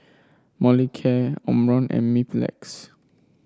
Molicare Omron and Mepilex